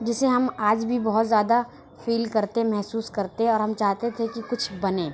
جسے ہم آج بھی بہت زیادہ فیل کرتے محسوس کرتے اور ہم چاہتے تھے کہ کچھ بنیں